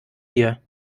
dir